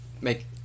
Make